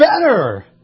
better